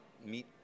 meet